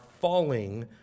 falling